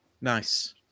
Nice